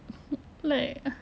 (uh huh) like